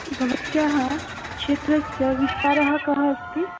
भवत्याः क्षेत्रस्य विस्तारः कः अस्ति